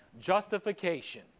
justification